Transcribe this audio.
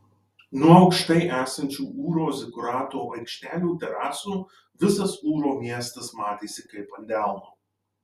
nuo aukštai esančių ūro zikurato aikštelių terasų visas ūro miestas matėsi kaip ant delno